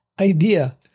idea